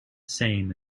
same